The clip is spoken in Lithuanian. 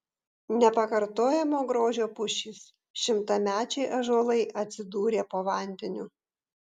nepakartojamo grožio pušys šimtamečiai ąžuolai atsidūrė po vandeniu